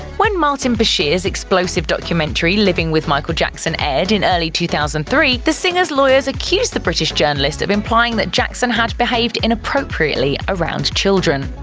when martin bashir's explosive documentary living with michael jackson aired in early two thousand and three, the singer's lawyers accused the british journalist of implying that jackson had behaved inappropriately around children.